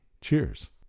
Cheers